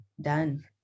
done